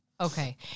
Okay